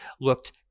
looked